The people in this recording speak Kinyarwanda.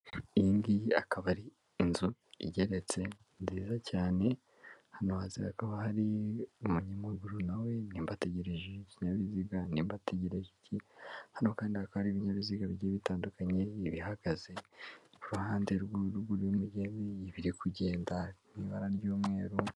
Iyi ngiyi akaba ari inzu igeretse nziza cyane hano hazira ko hari umunyamaguru nawe nimba ategereje ikinyabiziga nimba ategereje iki? hano kandi hatwara ibinyabiziga bijye bitandukanye bihagaze k'uruhande rw'ubugeni biri kugenda ibara ry'umweru.